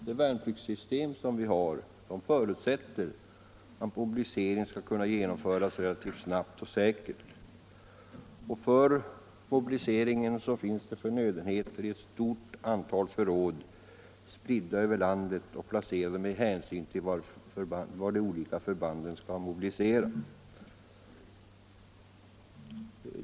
Det värnpliktssystem som vi har förutsätter att mobilisering skall kunna genomföras relativt snabbt och säkert. För mobiliseringen finns det förnödenheter i ett stort antal förråd spridda över landet och placerade med hänsyn till var de olika förbanden skall mobilisera.